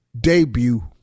debut